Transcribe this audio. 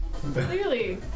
Clearly